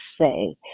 say